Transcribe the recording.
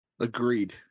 Agreed